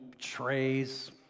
trays